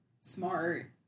smart